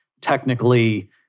technically